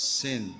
sin